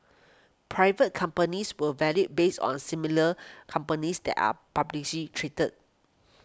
private companies were valued based on similar companies that are publicly traded